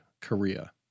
Korea